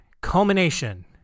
culmination